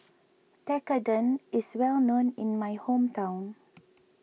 Tekkadon is well known in my hometown